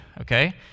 okay